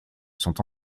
sont